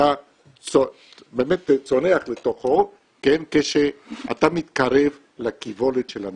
שאתה באמת צונח לתוכו כשאתה מתקרב לקיבולת של הנתיב.